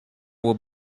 will